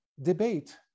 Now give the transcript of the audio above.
debate